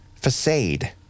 Facade